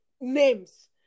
names